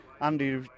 Andy